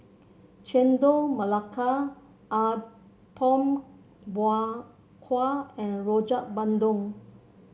Chendol Melaka Apom Berkuah and Rojak Bandung